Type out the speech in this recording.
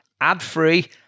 ad-free